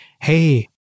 hey